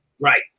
Right